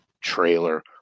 trailer